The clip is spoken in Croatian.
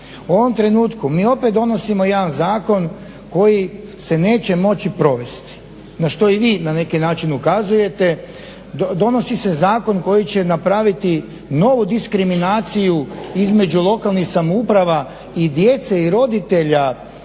U ovom trenutku mi opet donosimo jedan zakon koji se neće moći provesti na što i vi na neki način ukazujete. Donosi se zakon koji će napraviti novu diskriminaciju između lokalnih samouprava i djece i roditelja